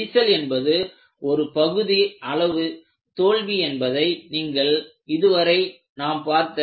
விரிசல் என்பது ஒரு பகுதி அளவு தோல்வி என்பதை நீங்கள் இதுவரை நாம் பார்த்த